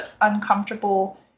uncomfortable